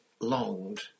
longed